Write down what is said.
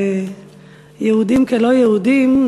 יהודים כלא יהודים,